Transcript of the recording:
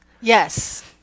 Yes